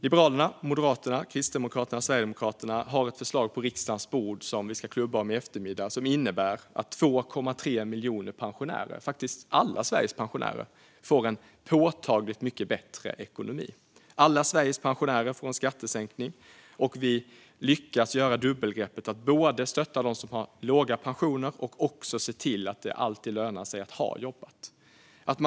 Liberalerna, Moderaterna, Kristdemokraterna och Sverigedemokraterna har lagt ett förslag på riksdagens bord, som vi ska rösta om i eftermiddag. Det innebär att 2,3 miljoner pensionärer, faktiskt alla Sveriges pensionärer, får en påtagligt mycket bättre ekonomi. Alla Sveriges pensionärer får en skattesänkning. Vi lyckas också göra dubbelgreppet att både stötta dem som har låga pensioner och se till att det alltid ska löna sig att ha jobbat.